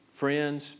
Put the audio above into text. friends